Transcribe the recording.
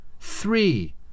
Three